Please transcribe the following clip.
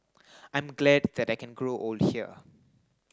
I'm glad that I can grow old here